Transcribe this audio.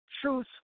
Truth